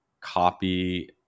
copy